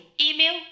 Email